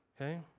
okay